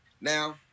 Now